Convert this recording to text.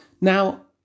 Now